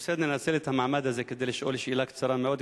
אני רוצה לנצל את המעמד הזה כדי לשאול שאלה קצרה מאוד,